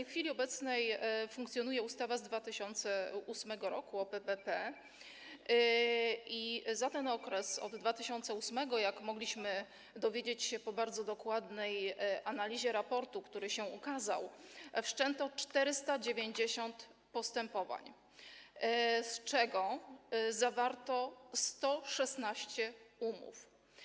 W chwili obecnej funkcjonuje ustawa z 2008 r. o PPP i w tym okresie, od 2008 r., jak mogliśmy dowiedzieć się po bardzo dokładnej analizie raportu, który się ukazał, wszczęto 490 postępowań, z czego zawarto 116 umów.